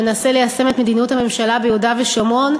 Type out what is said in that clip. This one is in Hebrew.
שמנסה ליישם את מדיניות הממשלה ביהודה ושומרון,